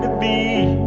be?